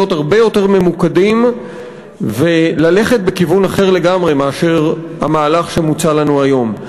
הרבה יותר ממוקדים וללכת בכיוון אחר לגמרי מהמהלך שמוצע לנו היום.